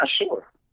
sure